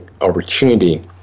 opportunity